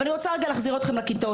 אבל אני רוצה להחזיר אתכם לכיתות.